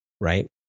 right